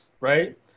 right